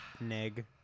Neg